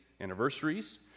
anniversaries